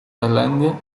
tailandia